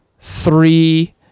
three